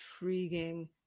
Intriguing